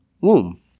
womb